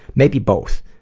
maybe both,